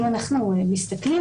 אם אנחנו מסתכלים,